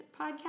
podcast